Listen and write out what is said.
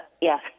yes